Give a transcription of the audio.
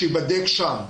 ושיבדקו שם,